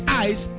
eyes